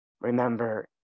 remember